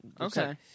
okay